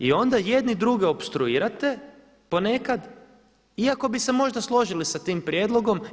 I onda jedni druge opstruirate ponekad iako bi se možda složili sa tim prijedlogom.